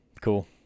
Cool